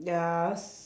ya s~